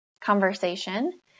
conversation